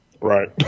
right